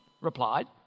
replied